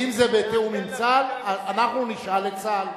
ואם זה בתיאום עם צה"ל אנחנו נשאל את צה"ל.